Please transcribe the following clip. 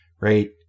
right